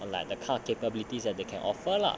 like the kind of capabilities that they can offer lah